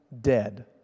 dead